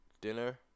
dinner